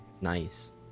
Nice